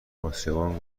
اسیابان